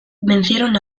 vencieron